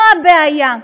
פה הבעיה.